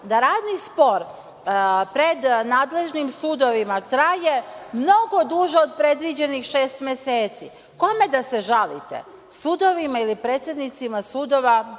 da radni spor pred nadležnim sudovima traje mnogo duže od predviđenih šest meseci. Kome da se žalite? Sudovima ili predsednicima sudova,